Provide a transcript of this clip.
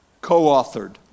co-authored